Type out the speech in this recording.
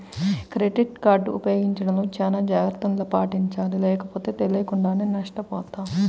credit card ఉపయోగించడంలో చానా జాగర్తలను పాటించాలి లేకపోతే తెలియకుండానే నష్టపోతాం